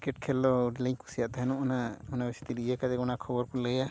cricket ᱠᱷᱮᱞ ᱫᱚ ᱟᱹᱰᱤ ᱞᱤᱧ ᱠᱩᱥᱤᱭᱟᱜ ᱛᱟᱦᱮᱱᱚᱜ ᱚᱱᱟ ᱚᱱᱟ ᱡᱟᱹᱥᱛᱤ ᱞᱤᱧ ᱤᱭᱟᱹ ᱠᱟᱛᱮᱫ ᱚᱱᱟ ᱠᱷᱚᱵᱚᱨ ᱠᱚ ᱞᱟᱹᱭᱟ